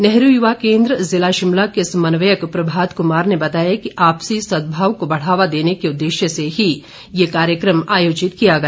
नेहरू युवा केन्द्र जिला शिमला के समन्वयक प्रभात कुमार ने बताया कि आपसी सदभाव को बढ़ावा देने के उद्देश्य से ही ये कार्यक्रम आयोजित किया गया